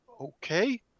okay